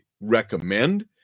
recommend